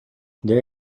there